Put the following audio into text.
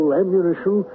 ammunition